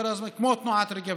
כמו תנועת רגבים,